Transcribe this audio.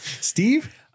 Steve